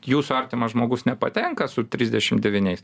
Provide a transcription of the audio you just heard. jūsų artimas žmogus nepatenka su trisdešim devyniais